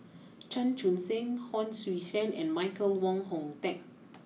Chan Chun sing Hon Sui Sen and Michael Wong Hong Deng